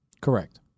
Correct